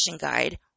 guide